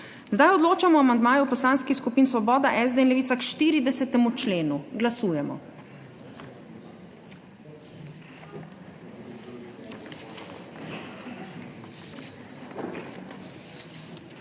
Odločamo o amandmaju poslanskih skupin Svoboda, SD in Levica k 14. členu. Glasujemo.